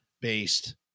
based